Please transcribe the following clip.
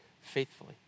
faithfully